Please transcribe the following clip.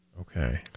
Okay